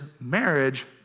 marriage